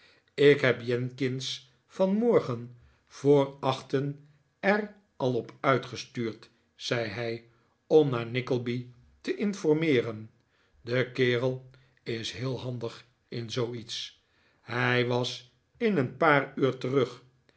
ik heb jenkings van morgen voor achten er al op uit gestuurd zei hij om naar nickleby te informeeren de kerel is heel handig in zooiets hij was in een paar uur terug